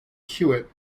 hewitt